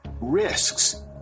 risks